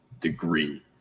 degree